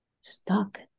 stuck